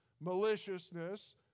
maliciousness